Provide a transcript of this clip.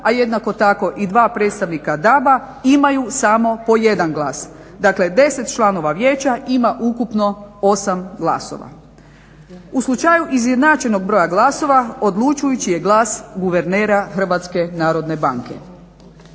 a jednako tako i 2 predstavnika DAB-a imaju samo po 1 glas. Dakle 10 članova vijeća ima ukupno 8 glasova. U slučaju izjednačenog broja glasova odlučujući je glas guvernera HNB-a. članovi